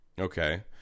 Okay